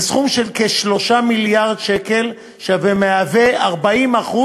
זה סכום של כ-3 מיליארד שקלים, שמהווה 40%